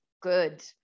good